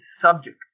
subject